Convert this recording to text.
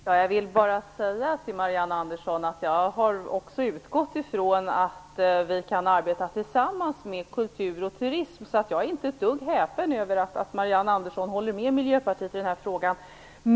Herr talman! Jag vill bara säga till Marianne Andersson att jag har utgått från att vi kan arbeta tillsammans med kultur och turism, så jag är inte ett dugg häpen över att Marianne Andersson håller med Miljöpartiet i den här frågan.